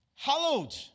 hallowed